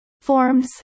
Forms